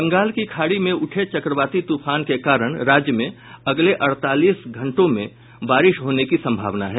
बंगाल की खाड़ी में उठे चक्रवाती तूफान के कारण राज्य में अगले अड़तालीस घंटों में बारिश होने की संभावना है